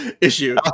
issue